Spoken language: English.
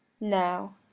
now